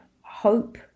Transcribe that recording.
Hope